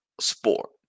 sport